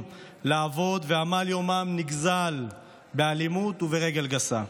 לעבוד ועמל יומם נגזל באלימות וברגל גסה,